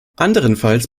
anderenfalls